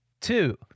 two